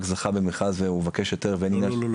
זכה במכרז והוא מבקש היתר ואין עניין --- לא,